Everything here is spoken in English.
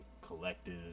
collective